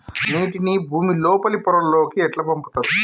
నీటిని భుమి లోపలి పొరలలోకి ఎట్లా పంపుతరు?